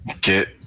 get